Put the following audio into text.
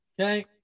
Okay